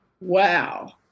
wow